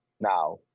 Now